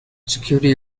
security